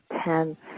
tense